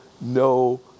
no